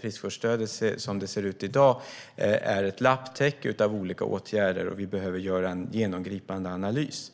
Friskvårdsstödet som det ser ut i dag är ett lapptäcke av olika åtgärder, och vi behöver göra en genomgripande analys.